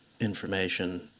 information